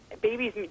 babies